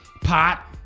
pot